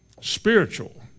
spiritual